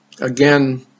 again